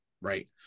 right